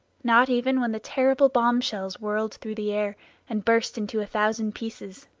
not even when the terrible bomb-shells whirled through the air and burst into a thousand pieces.